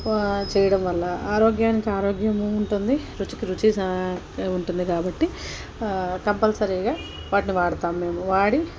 వా చేయడం వల్ల ఆరోగ్యానికి ఆరోగ్యము ఉంటుంది రుచికి రుచి సా ఉంటుంది కాబట్టి కంపల్సరీగా వాటిని వాడుతాం మేము వాడి